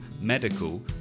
medical